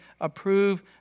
approve